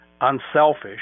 unselfish